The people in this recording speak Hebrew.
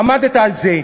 עמדת על זה,